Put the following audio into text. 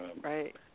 right